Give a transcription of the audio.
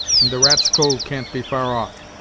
and the rat's cove can't be far off.